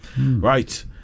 Right